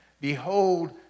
behold